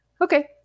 Okay